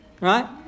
right